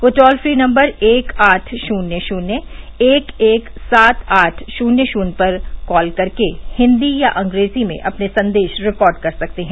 ये toll free number एक आठ शून्य शून्य एक एक सात आठ शून्य शून्य पर कॉल करके हिन्दी या अंग्रेजी में अपने संदेश रिकॉर्ड कर सकते हैं